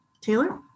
Taylor